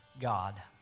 God